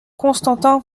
constantin